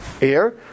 air